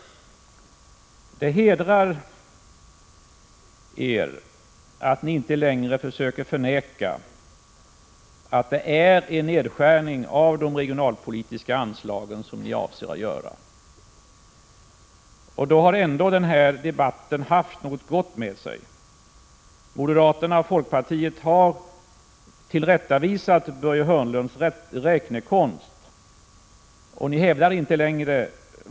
Det hedrar er att ni inte längre försöker förneka att det är en nedskärning av de regionalpolitiska anslagen som ni avser att göra. Då har ändå den här debatten haft något gott med sig. Moderaterna och folkpartiet har kritiserat Börje Hörnlunds räknekonst, och varken moderater eller folkpartister Prot.